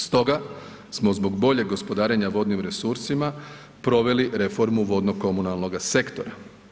Stoga smo zbog boljeg gospodarenja vodnim resursima proveli reformu vodno-komunalnoga sektora.